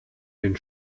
den